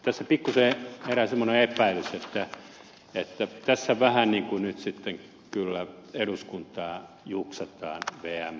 tässä pikkuisen herää semmoinen epäilys että tässä vähän niin kuin nyt kyllä eduskuntaa juksataan vmn toimesta